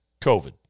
covid